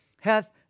hath